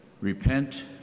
Repent